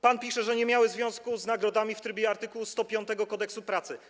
Pan pisze, że nie miały związku z nagrodami w trybie art. 105 Kodeksu pracy.